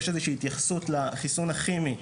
יש איזה שהיא התייחסות לחיסון הכימי,